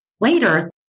Later